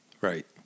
Right